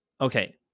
okay